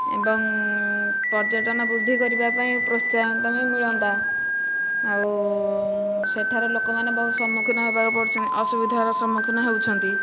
ଏବଂ ପର୍ଯ୍ୟଟନ ବୃଦ୍ଧି କରିବା ପାଇଁ ପ୍ରୋତ୍ସାହନ ବି ମିଳନ୍ତା ଆଉ ସେଠାର ଲୋକମାନେ ବହୁତ ସମ୍ମୁଖୀନ ହେବାକୁ ପଡ଼ୁଛନ୍ତି ଅସୁବିଧାର ସମ୍ମୁଖୀନ ହେଉଛନ୍ତି